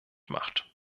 macht